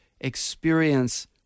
experience